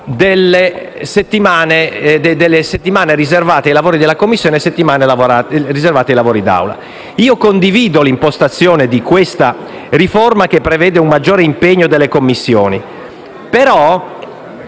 delle settimane riservate ai lavori della Commissione e alle settimane riservate ai lavori d'Aula. Condivido l'impostazione di questa riforma che prevede un maggiore impegno delle Commissioni.